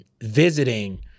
visiting